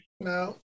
no